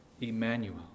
Emmanuel